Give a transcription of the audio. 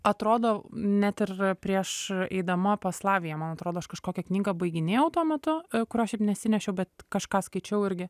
atrodo net ir prieš eidama pas laviją man atrodo aš kažkokią knygą baiginėjau tuo metu kurios šiaip nesinešiau bet kažką skaičiau irgi